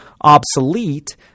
obsolete